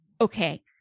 okay